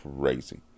crazy